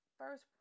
first